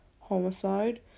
homicide